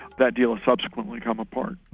that deal subsequently came apart.